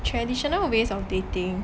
traditional ways of dating